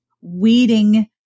weeding